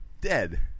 dead